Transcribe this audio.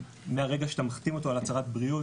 מהרגע שאתה מחתים אותם על הצהרת בריאות,